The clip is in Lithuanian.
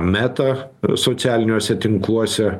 meta socialiniuose tinkluose